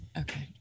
Okay